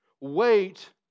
wait